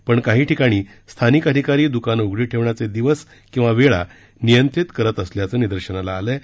पण काही ठिकाणी स्थानिक अधिकारी दुकाने उघडी ठेवण्याचे दिवस अथवा वेळा नियंत्रित करण्यात येत असल्याचे निदर्शनास आले आहे